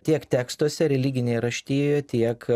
tiek tekstuose religinėje raštijoje tiek